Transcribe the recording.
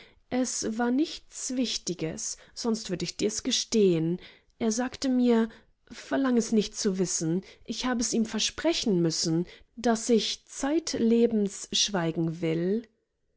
es war nichts wichtiges sonst würd ich dirs gestehn er sagte mir verlang es nicht zu wissen ich hab es ihm versprechen müssen daß ich zeitlebens schweigen will